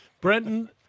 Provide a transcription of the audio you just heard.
Brenton